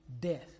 death